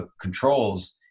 controls